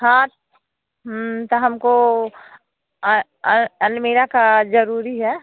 हाँ तो हमको अ अ अलमीरा का ज़रूरी है